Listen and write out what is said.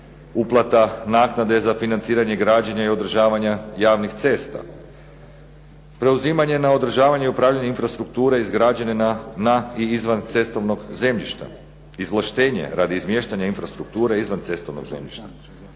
Uplata naknade za financiranje građenja i održavanja javnih cesta, preuzimanje na održavanje i upravljanje infrastrukture izgrađene na i izvan cestovnog zemljišta, izvlaštenje radi izmještanja infrastrukture izvan cestovnog zemljišta.